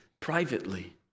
Privately